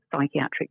psychiatric